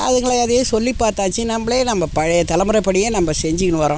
அதுங்களை எதையும் சொல்லிப் பார்த்தாச்சு நம்மளே நம்ம பழைய தலைமுறைப்படியே நம்ம செஞ்சுக்கினு வர்றோம்